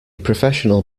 professional